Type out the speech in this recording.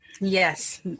Yes